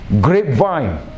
grapevine